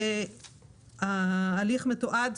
הליך מתועד.